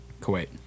Kuwait